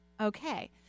Okay